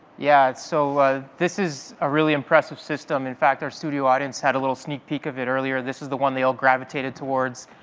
yeah, so this is a really impressive system. in fact, our studio audience had a little sneak peek of it earlier. this is the one they all gravitated towards.